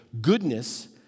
Goodness